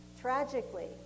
Tragically